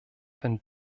wenn